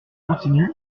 continue